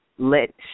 Let